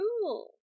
cool